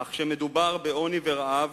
אך כשמדובר בעוני ורעב,